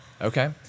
Okay